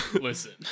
Listen